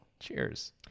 cheers